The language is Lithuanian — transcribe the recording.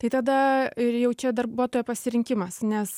tai tada ir jau čia darbuotojo pasirinkimas nes